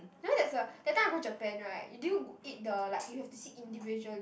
you know there's a that time I go Japan right did you eat the like you have to sit individually